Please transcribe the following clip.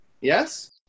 yes